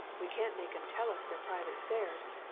we can't make em tell us their private affairs.